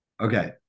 okay